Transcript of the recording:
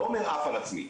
לא אומר 'עף על עצמי',